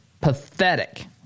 pathetic